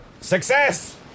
Success